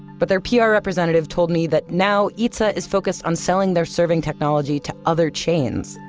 but their pr representative told me that now eatsa is focused on selling their serving technology to other chains,